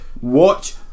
Watch